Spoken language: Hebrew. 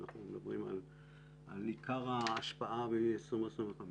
אנחנו מדברים על עיקר ההשפעה ב-2025.